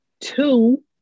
Two